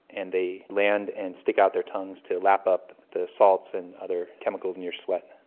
and they land and stick out their tongues to lap up the salts and other chemicals in your sweat.